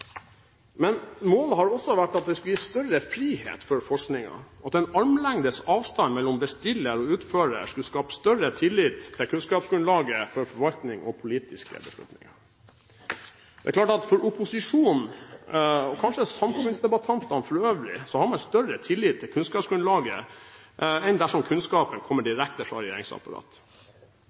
Men målet har også vært at det skulle gi større frihet for forskningen, at en armlengdes avstand mellom bestiller og utfører skulle skape større tillit til kunnskapsgrunnlaget for forvaltning og politiske beslutninger. Det er klart at opposisjonen, og kanskje samfunnsdebattantene for øvrig, vil da ha større tillit til kunnskapsgrunnlaget enn dersom kunnskapen kommer direkte fra